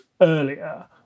earlier